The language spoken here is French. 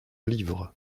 livres